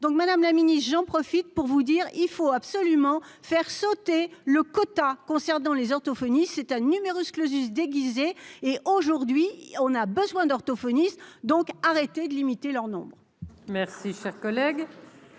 donc madame la mini-j'en profite pour vous dire : il faut absolument faire sauter le quota concernant les orthophonistes, c'est un numerus clausus déguisés, et aujourd'hui on a besoin d'orthophonistes, donc arrêtez de limiter leur nombre.